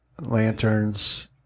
lanterns